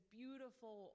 beautiful